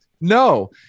No